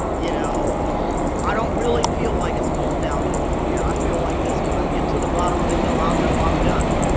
you know, um i don't really feel like it's all downhill from here. i feel like this when i get to the bottom of the hill, i'll know i'm done.